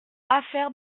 affaire